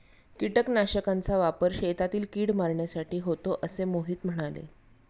कीटकनाशकांचा वापर शेतातील कीड मारण्यासाठी होतो असे मोहिते म्हणाले